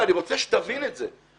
ואני רוצה שתבין את זה,